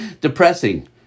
depressing